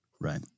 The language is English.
right